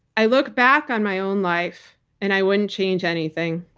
i look back on my own life and i wouldn't change anything.